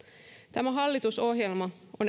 tämä hallitusohjelma on